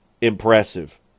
impressive